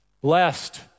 Blessed